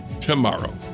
tomorrow